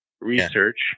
research